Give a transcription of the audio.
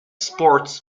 sports